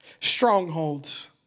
Strongholds